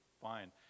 fine